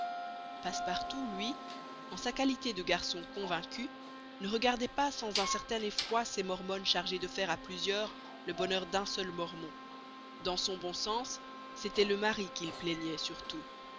passepartout lui en sa qualité de garçon convaincu ne regardait pas sans un certain effroi ces mormones chargées de faire à plusieurs le bonheur d'un seul mormon dans son bon sens c'était le mari qu'il plaignait surtout